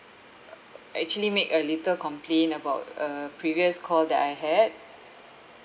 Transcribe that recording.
actually make a little complaint about a previous call that I had